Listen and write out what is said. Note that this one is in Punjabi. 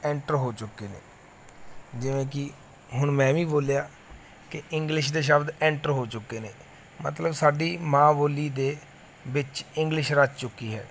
ਐਂਟਰ ਹੋ ਚੁੱਕੇ ਨੇ ਜਿਵੇਂ ਕਿ ਹੁਣ ਮੈਂ ਵੀ ਬੋਲਿਆ ਕਿ ਇੰਗਲਿਸ਼ ਦੇ ਸ਼ਬਦ ਐਂਟਰ ਹੋ ਚੁੱਕੇ ਨੇ ਮਤਲਬ ਸਾਡੀ ਮਾਂ ਬੋਲੀ ਦੇ ਵਿੱਚ ਇੰਗਲਿਸ਼ ਰਚ ਚੁੱਕੀ ਹੈ